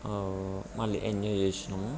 మళ్ళీ ఎంజాయ్ చేసాము